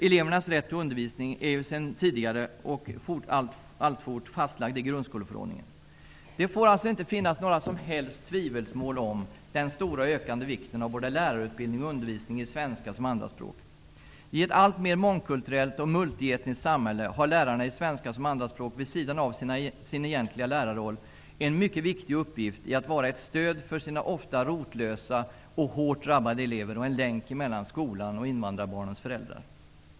Elevernas rätt till undervisning är sedan tidigare och alltfort fastlagd i grundskoleförordningen. Det får inte finnas några som helst tvivelsmål om den stora och ökande vikten av både lärarutbildning och undervisning i svenska som andra språk. I ett alltmer mångkulturellt och multietniskt samhälle har lärarna i svenska som andra språk, vid sidan av sin egentliga lärarroll, en mycket viktig uppgift i att vara ett stöd för sina ofta rotlösa och hårt drabbade elever och en länk mellan skolan och invandrarbarnens föräldrar.